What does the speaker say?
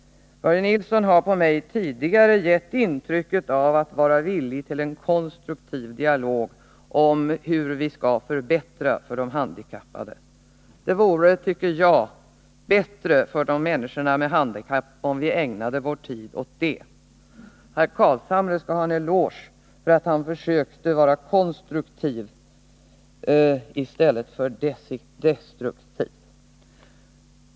Börje Nilsson har på mig tidigare gett intrycket att vara villig till en konstruktiv dialog om hur vi skall förbättra för de handikappade. Det vore, tycker jag, bättre för människorna med handikapp, om vi ägnade vår tid åt det. Herr Carlshamre skall ha en eloge för att han försökte vara konstruktiv i stället för destruktiv.